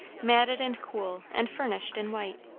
matted and cool and furnished in white.